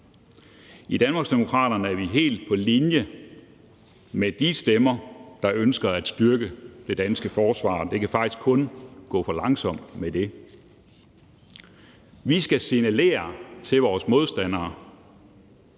I Danmarksdemokraterne er vi helt på linje med de stemmer, der ønsker at styrke det danske forsvar. Det kan faktisk kun gå for langsomt med det. Vi skal signalere til vores modstandere,